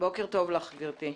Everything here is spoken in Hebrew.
בוקר טוב לך, גברתי.